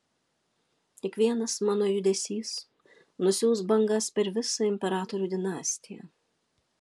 kiekvienas mano judesys nusiųs bangas per visą imperatorių dinastiją